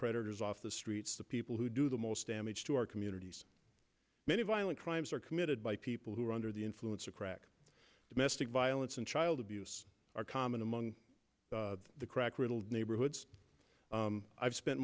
predators off the streets the people who do the most damage to our communities many violent crimes are committed by people who are under the influence of crack domestic violence and child abuse are common among the crack riddled neighborhoods i've spent